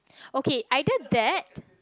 okay either that